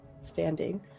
standing